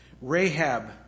Rahab